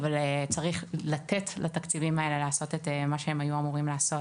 אבל צריך לתת לתקציבים האלה לעשות את מה שהם היו אמורים לעשות